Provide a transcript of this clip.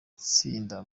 itsinda